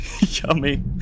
Yummy